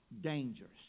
dangerous